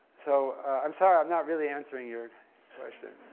so, i'm sorry, i'm not really answering your question.